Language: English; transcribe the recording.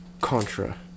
Contra